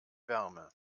wärme